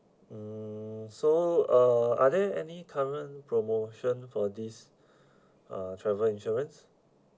mm so uh are there any current promotion for this uh travel insurance